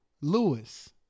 Lewis